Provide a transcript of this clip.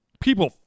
people